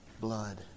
blood